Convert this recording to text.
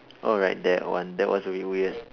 oh right that one that was a bit weird